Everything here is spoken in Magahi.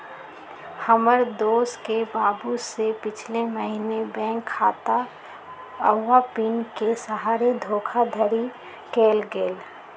हमर दोस के बाबू से पिछले महीने बैंक खता आऽ पिन के सहारे धोखाधड़ी कएल गेल